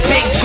Big